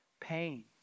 pain